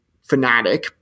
fanatic